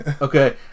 Okay